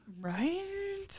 Right